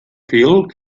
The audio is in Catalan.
fil